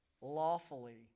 lawfully